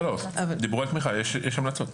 לא, דיברו על תמיכה יש המלצות.